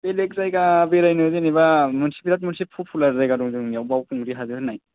बेलेग जायगा बेरायनो जेनेबा मोनसे बिरात मोनसे पपुलार जायगा दङ जोंनिआव बाउखुंग्रि हाजो होननाय